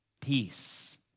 peace